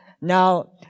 Now